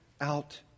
out